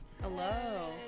hello